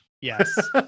Yes